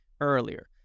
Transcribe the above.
earlier